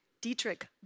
Dietrich